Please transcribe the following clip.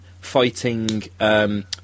fighting